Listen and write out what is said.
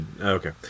Okay